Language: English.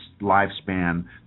lifespan